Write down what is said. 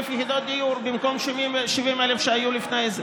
יחידות דיור במקום 70,000 שהיו לפני זה.